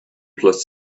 plus